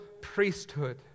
priesthood